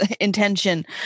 intention